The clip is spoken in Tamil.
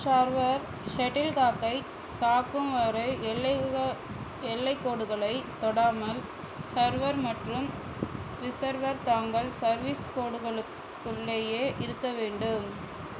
சர்வர் ஷட்டில்காக்கை தாக்கும்வரை எல்லைகோடுகளைத் தொடாமல் சர்வர் மற்றும் ரிசர்வர் தாங்கள் சர்வீஸ் கோடுகளுக்குள்ளேயே இருக்க வேண்டும்